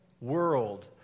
world